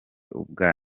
ubwa